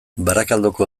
barakaldoko